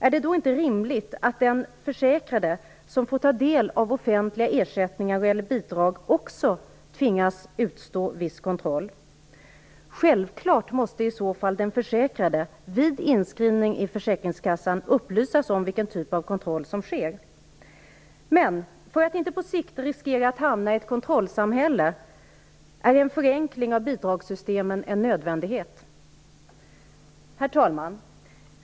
Är det då inte rimligt att den försäkrade som får ta del av offentliga ersättningar eller bidrag också tvingas utstå viss kontroll? Självfallet måste i så fall den försäkrade vid inskrivning i Försäkringskassan upplysas om vilken typ av kontroll som sker. Men för att inte på sikt riskera att hamna i ett kontrollsamhälle är en förenkling av bidragsssytemen en nödvändighet. Herr talman!